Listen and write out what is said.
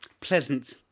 pleasant